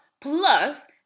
plus